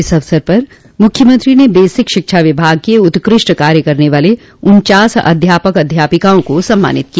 इस अवसर पर मुख्यमंत्री ने बेसिक शिक्षा विभाग के उत्कृष्ट कार्य करने वाले उन्चास अध्यापक और अध्यापिकाओं को सम्मानित किया